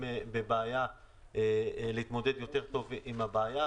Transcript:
בבעיה להתמודד טוב יותר עם הבעיה.